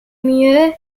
lemieux